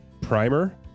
primer